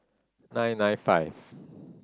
nine nine five